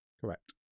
Correct